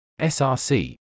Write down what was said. src